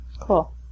cool